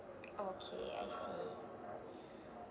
okay I see